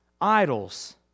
idols